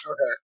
Okay